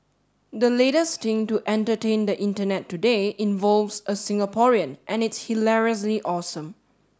the latest thing to entertain the Internet today involves a Singaporean and it's hilariously awesome